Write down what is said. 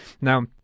Now